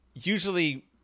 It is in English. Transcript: usually